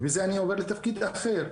בגלל זה אני עובר לתפקיד אחר,